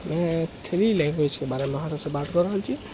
three लैंग्वेजके बारेमे अहाँ सबसँ बात कऽ रहल छी